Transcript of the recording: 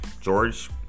george